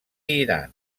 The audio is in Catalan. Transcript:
iran